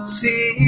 see